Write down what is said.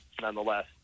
nonetheless